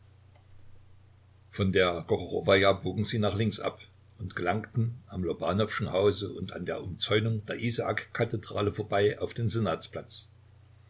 von der gorochowaja bogen sie nach links ab und gelangten am lobanowschen hause und an der umzäunung der isaakskathedrale vorbei auf den